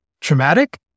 traumatic